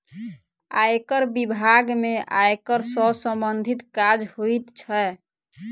आयकर बिभाग में आयकर सॅ सम्बंधित काज होइत छै